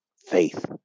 faith